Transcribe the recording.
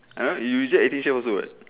I don't know you reject eighteen chef also [what]